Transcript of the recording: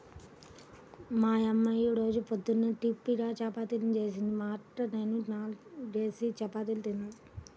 మా యమ్మ యీ రోజు పొద్దున్న టిపిన్గా చపాతీలు జేసింది, మా అక్క నేనూ నాల్గేసి చపాతీలు తిన్నాం